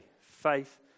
faith